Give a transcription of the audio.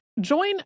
Join